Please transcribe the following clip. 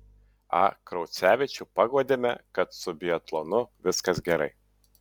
a kraucevičių paguodėme kad su biatlonu viskas gerai